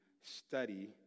study